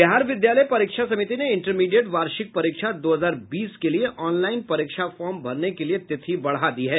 बिहार विद्यालय परीक्षा समिति ने इंटरमीडिएट वार्षिक परीक्षा दो हजार बीस के लिए ऑनलाइन परीक्षा फॉर्म भरने के लिए तिथि बढ़ा दी है